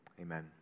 Amen